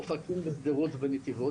אופקים, שדרות ונתיבות.